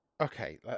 okay